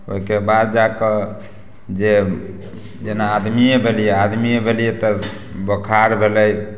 ओइके बाद जाकऽ जे जेना आदमिये भेलै आदमिये भेलै तऽ बोखार रहलै